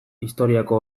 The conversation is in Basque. historiako